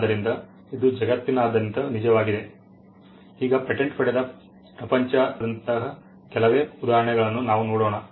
ಆದ್ದರಿಂದ ಇದು ಜಗತ್ತಿನಾದ್ಯಂತ ನಿಜವಾಗಿದೆ ಈಗ ಪೇಟೆಂಟ್ ಪಡೆದ ಪ್ರಪಂಚದಾದ್ಯಂತದ ಕೆಲವೇ ಉದಾಹರಣೆಗಳನ್ನು ನಾವು ನೋಡೋಣ